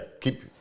keep